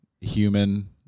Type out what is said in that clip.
human